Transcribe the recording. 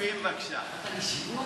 תודה.